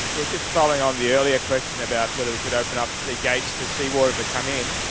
yeah just following on the earlier question about whether we should open up the gates to sea water to come in,